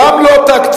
גם לא תקציבית,